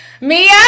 Mia